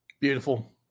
Beautiful